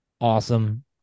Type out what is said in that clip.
awesome